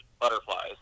Butterflies